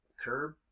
curb